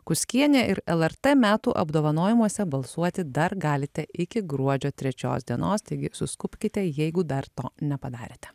kuskienė ir lrt metų apdovanojimuose balsuoti dar galite iki gruodžio trečios dienos taigi suskubkite jeigu dar to nepadarėte